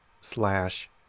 slash